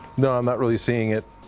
no, i'm not really seeing it.